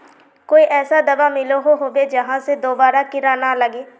कोई ऐसा दाबा मिलोहो होबे जहा से दोबारा कीड़ा ना लागे?